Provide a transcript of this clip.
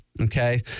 Okay